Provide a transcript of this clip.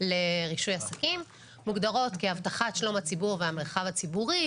לרישוי עסקים מוגדרות כאבטחת שלום הציבור והמרחב הציבורי,